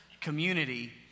community